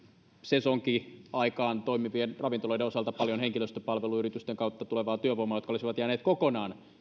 sesonkiaikaan toimivien ravintoloiden osalta paljon henkilöstöpalveluyritysten kautta tulevaa työvoimaa olisi jäänyt kokonaan